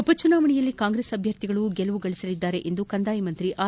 ಉಪಚುನಾವಣೆಯಲ್ಲಿ ಕಾಂಗ್ರೆಸ್ ಅಭ್ಯರ್ಥಿಗಳು ಗೆಲುವು ಸಾಧಿಸಲಿದ್ದಾರೆ ಎಂದು ಕಂದಾಯ ಸಚಿವ ಆರ್